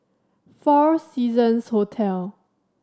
Four Seasons Hotel